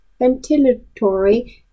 Ventilatory